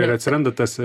ir atsiranda tas